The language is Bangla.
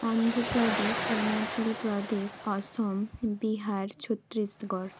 অন্ধ্রপ্রদেশ অরুণাচলপ্রদেশ অসম বিহার ছত্তীশগড়